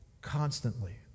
constantly